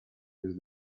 his